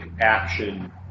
action